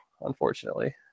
unfortunately